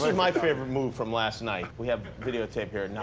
like my favorite move from last night. we have videotape here.